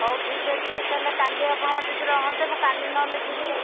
ହଉ ଠିକ୍ ଅଛି ତାହେଲେ କାଲି ଆପଣଙ୍କ ଯଦି ରହନ୍ତେ ମୁଁ କାଲି ନହେଲେ ଯିବି